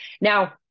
Now